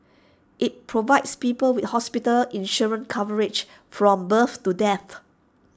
IT provides people with hospital insurance coverage from birth to death